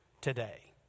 today